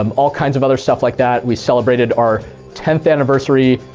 um all kinds of other stuff like that. we celebrated our tenth anniversary.